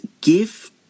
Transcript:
give